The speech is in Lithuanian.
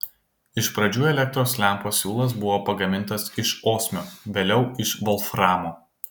iš pradžių elektros lempos siūlas buvo pagamintas iš osmio vėliau iš volframo